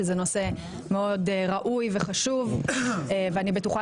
שזה נושא מאוד ראוי וחשוב ואני בטוחה